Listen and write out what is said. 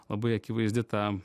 labai akivaizdi ta